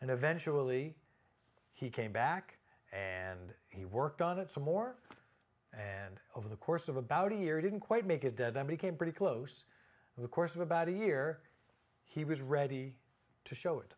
and eventually he came back and he worked on it some more and over the course of about a year didn't quite make it dead and became pretty close in the course of about a year he was ready to show it